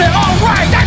alright